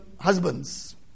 husbands